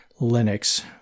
Linux